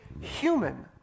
human